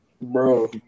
bro